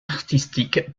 artistique